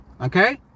Okay